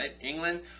England